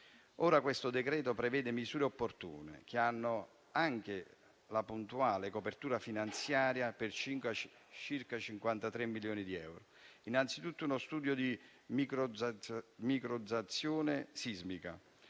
in esame prevede misure opportune, che hanno anche la puntuale copertura finanziaria per circa 53 milioni di euro. Innanzitutto, vi è uno studio di microzonazione sismica;